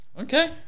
okay